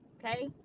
Okay